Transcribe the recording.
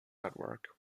network